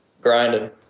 grinding